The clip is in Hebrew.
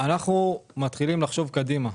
מתחילים לחשוב קדימה.